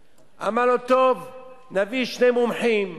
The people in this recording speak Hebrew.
4. ישראל תסכים לקלוט בתוך גבולותיה פלסטינים